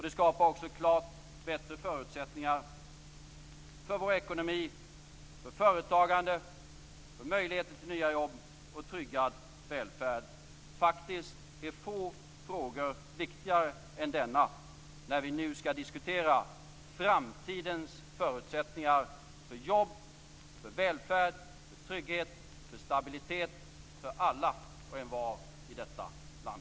Det skapar också klart bättre förutsättningar för vår ekonomi, för företagande, för möjligheter till nya jobb och tryggad välfärd. Faktiskt är få frågor viktigare än denna när vi nu skall diskutera framtidens förutsättningar för jobb, för välfärd, för trygghet och för stabilitet för alla och envar i detta land.